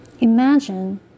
Imagine